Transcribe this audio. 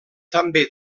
també